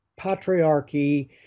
patriarchy